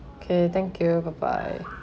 okay thank you bye bye